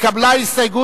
התקבלה הסתייגות,